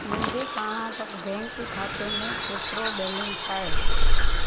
मुंहिंजे कर्नाटका बैंक खाते में केतिरो बैलेंस आहे